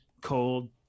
cold